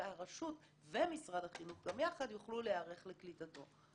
והרשות ומשרד החינוך גם יחד יוכלו להיערך לקליטתו.